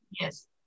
Yes